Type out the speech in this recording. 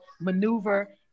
maneuver